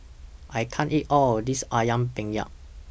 I can't eat All of This Ayam Penyet